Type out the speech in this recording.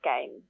game